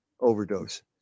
overdose